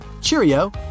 cheerio